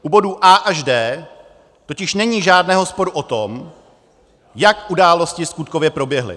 U bodů A až D totiž není žádného sporu o tom, jak události skutkově proběhly.